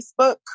Facebook